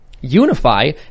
unify